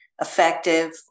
effective